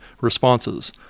responses